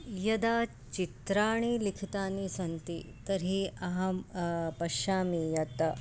यदा चित्राणि लिखितानि सन्ति तर्हि अहं पश्यामि यत्